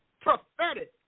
prophetic